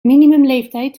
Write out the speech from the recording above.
minimumleeftijd